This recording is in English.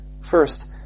First